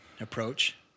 approach